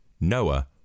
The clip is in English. Noah